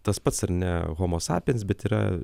tas pats ar ne homo sapiens bet yra